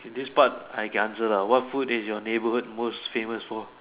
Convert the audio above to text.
this part I can answer lah what food is your neighborhood most famous for